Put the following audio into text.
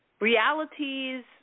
realities